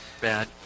bad